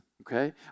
okay